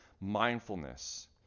mindfulness